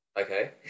okay